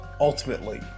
ultimately